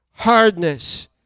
Hardness